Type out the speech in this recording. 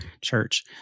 church